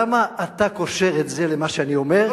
למה אתה קושר את זה למה שאני אומר,